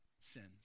sins